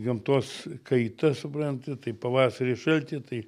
gamtos kaita supranti tai pavasary šalty tai